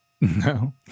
no